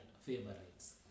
favorites